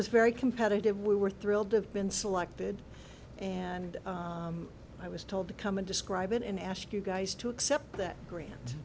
it's very competitive we were thrilled to have been selected and i was told to come in describe it and ask you guys to accept that grant